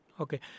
Okay